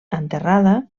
enterrada